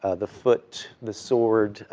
ah the foot, the sword,